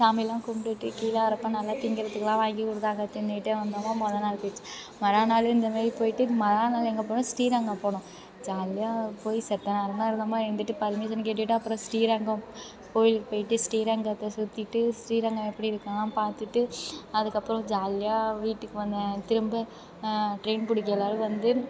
சாமிலாம் கும்ட்டுட்டு கீழே வர்றப்போ நல்ல திங்கிறதுக்குலாம் வாங்கிக் கொடுத்தாங்க தின்னுக்கிட்டே வந்தோமா மொதல் நாள் போய்டுச்சி மறு நாள் இந்த மாரி போய்ட்டு மறு நாள் எங்கே போனோம் ஶ்ரீரங்கம் போனோம் ஜாலியாக போய் செத்த நேரந்தான் இருந்தோமா இருந்துவிட்டு பெர்மிஷன் கேட்டுவிட்டு அப்புறம் ஶ்ரீரங்கம் கோவிலுக்கு போய்ட்டு ஶ்ரீரங்கத்தை சுத்திட்டு ஶ்ரீரங்கம் எப்படி இருக்குன்னுலாம் பார்த்துட்டு அதுக்கப்புறம் ஜாலியாக வீட்டுக்கு வந்தேன் திரும்ப ட்ரெயின் பிடிக்க எல்லோரும் வந்து